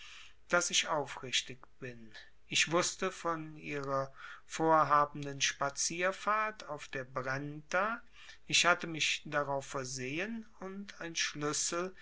daß ich aufrichtig bin ich wußte von ihrer vorhabenden spazierfahrt auf der brenta ich hatte mich darauf versehen und ein schlüssel